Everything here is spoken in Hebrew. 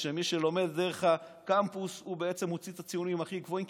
מי שלומד דרך הקמפוס הוציא את הציונים הכי גבוהים.